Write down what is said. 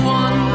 one